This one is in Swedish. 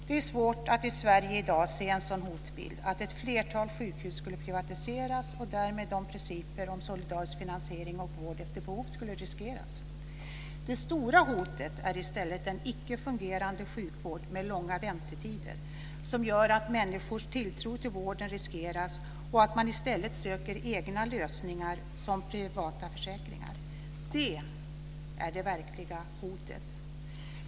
Det är svårt att se en sådan hotbild i Sverige i dag, dvs. att ett flertal sjukhus skulle privatiseras och därmed att principer om solidarisk finansiering och vård efter behov skulle riskeras. Det stora hotet är i stället en icke fungerande sjukvård med långa väntetider, som gör att människors tilltro till vården riskeras och att man i stället söker egna lösningar, t.ex. privata försäkringar. Det är det verkliga hotet.